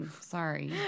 Sorry